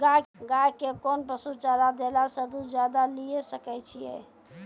गाय के कोंन पसुचारा देला से दूध ज्यादा लिये सकय छियै?